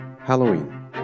Halloween